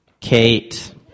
Kate